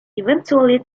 eventually